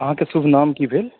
अहाँके शुभ नाम की भेल अच्छा अच्छा